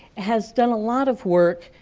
has done a lot of work,